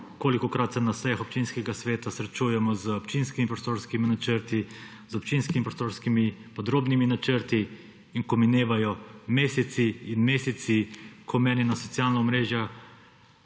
kolikokrat se na sejah občinskega sveta srečujemo z občinskimi prostorskimi načrti, z občinskimi prostorskimi podrobnimi načrti in ko minevajo meseci in meseci, ko mene na socialna omrežja